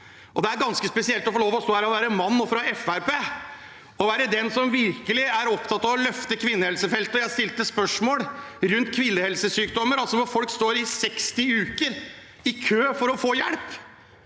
Det er ganske spesielt å få lov til å stå her og være mann – og fra Fremskrittspartiet – og være den som virkelig er opptatt av å løfte kvinnehelsefeltet. Jeg stilte spørsmål rundt kvinnehelsesykdommer, altså hvor folk står 60 uker i kø for å få hjelp